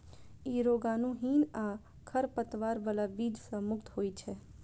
ई रोगाणुहीन आ खरपतवार बला बीज सं मुक्त होइ छै